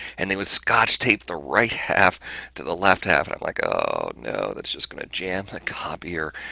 and they would scotch tape the right half to the left half. and i'm like, oh, no, that's just going to jam that copier.